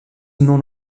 non